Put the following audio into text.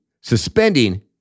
suspending